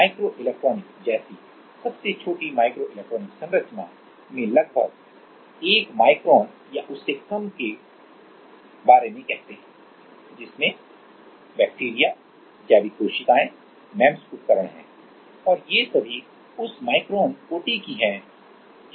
microelectronic जैसी सबसे छोटी माइक्रोइलेक्ट्रॉनिक संरचना में हम लगभग 1 माइक्रोन या उससे कम के बारे में कहते हैं इसमें जिसमें बैक्टीरिया जैविक कोशिकाएं एमईएमएस उपकरण हैं और ये सभी उस माइक्रो कोटि की है ठीक है